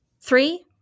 Three